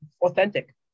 authentic